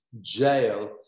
jail